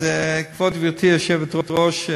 כבוד גברתי היושבת-ראש,